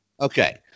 Okay